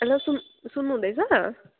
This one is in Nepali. हेलो सुन सुन्नुहुँदैछ